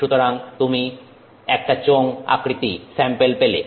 সুতরাং তুমি একটা চোঙ আকৃতি স্যাম্পেল পেলে